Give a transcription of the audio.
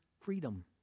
freedom